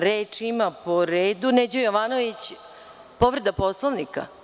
Reč ima po redu Neđo Jovanović povreda Poslovnika.